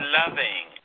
loving